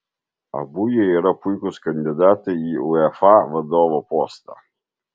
abu jie yra puikūs kandidatai į uefa vadovo postą